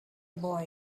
boy